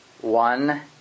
one